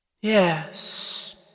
Yes